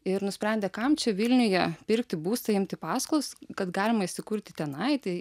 ir nusprendė kam čia vilniuje pirkti būstą imti paskolas kad galima įsikurti tenai tai